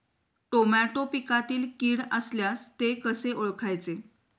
Tomato पिकातील कीड असल्यास ते कसे ओळखायचे?